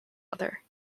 other